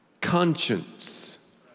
conscience